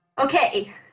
Okay